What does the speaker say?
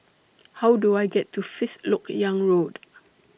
How Do I get to Fifth Lok Yang Road